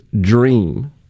dream